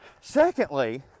Secondly